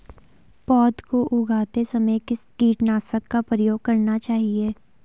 पौध को उगाते समय किस कीटनाशक का प्रयोग करना चाहिये?